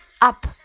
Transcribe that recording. Up